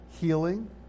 healing